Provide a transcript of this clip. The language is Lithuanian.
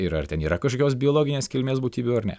ir ar ten yra kažkokios biologinės kilmės būtybių ar ne